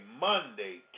Monday